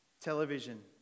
television